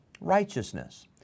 righteousness